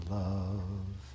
love